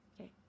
okay